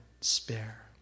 spare